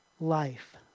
life